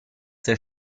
der